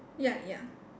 ya ya